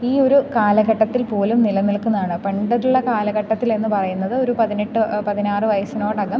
ഈ ഒരു കാലഘട്ടത്തിൽപ്പോലും നിലനിൽക്കുന്നതാണ് പണ്ടുള്ള കാലഘട്ടത്തിലെന്നു പറയുന്നത് ഒരു പതിനെട്ട് പതിനാറ് വയസ്സിനോടകം